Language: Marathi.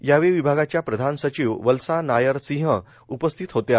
यावेळी विभागाच्या प्रधान सचिव वल्सा नायर सिंह उपस्थित होत्या